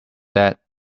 that